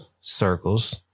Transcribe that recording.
circles